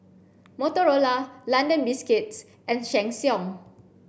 Motorola London Biscuits and Sheng Siong